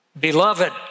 Beloved